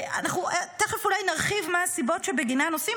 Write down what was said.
תכף אולי נרחיב מה הסיבות שבגינן עושים,